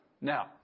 Now